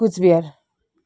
Cooch Behar